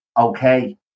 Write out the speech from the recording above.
okay